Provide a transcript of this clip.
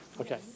Okay